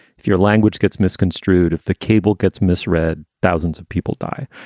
if your language gets misconstrued. if the cable gets misread, thousands of people die.